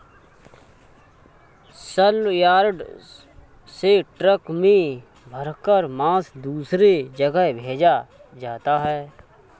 सलयार्ड से ट्रक में भरकर मांस दूसरे जगह भेजा जाता है